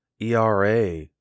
ERA